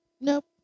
Nope